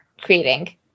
creating